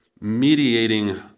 mediating